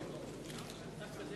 רע"ם-תע"ל לסעיף